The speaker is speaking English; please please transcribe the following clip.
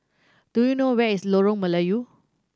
do you know where is Lorong Melayu